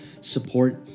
support